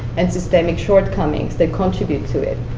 and systemic shortcomings that contribute to it.